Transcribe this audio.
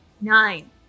Nine